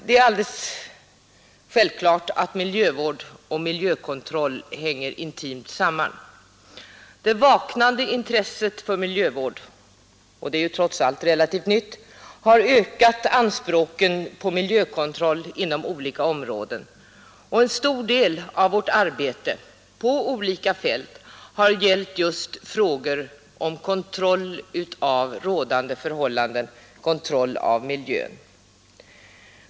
Det är alldeles självklart att miljövård och miljökontroll ård — och det är hänger intimt samman. Det vaknande intresset för mi ju trots allt relativt nytt — har ökat anspråken på miljökontroll inom olika områden, och en stor del av vårt arbete på olika fält har gällt just frågor om kontroll av rådande förhållanden, kontroll av miljön.